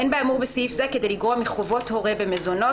אין באמור בסעיף זה כדי לגרוע מחובות הורה במזונות